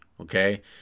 Okay